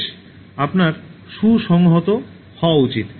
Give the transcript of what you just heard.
আপনার সুসংহত হওয়া উচিত